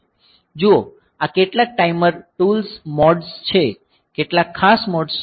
જુઓ આ કેટલાક ટાઈમર ટૂલ્સ મોડ્સ છે કેટલાક ખાસ મોડ્સ છે